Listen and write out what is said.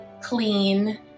clean